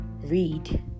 read